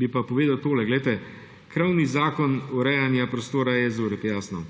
bi pa povedal tole. Krovni zakon urejanja prostora je ZUreP, jasno,